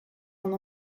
ondo